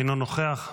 אינו נוכח,